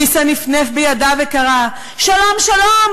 ניסן נפנף בידיו וקרא: שלום שלום,